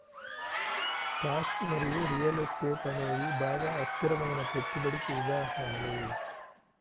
stocks మరియు real estate అనేవి బాగా అస్థిరమైన పెట్టుబడికి ఉదాహరణలు